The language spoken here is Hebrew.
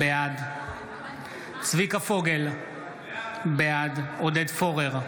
בעד צביקה פוגל, בעד עודד פורר,